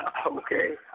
Okay